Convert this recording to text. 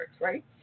right